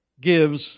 gives